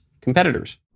competitors